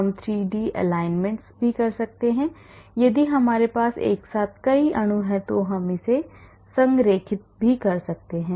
हम 3d alignments भी कर सकते हैं यदि हमारे पास एक साथ कई अणु हैं तो हम इसे संरेखित कर सकते हैं